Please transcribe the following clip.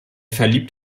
verliebt